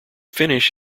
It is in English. finish